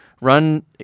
run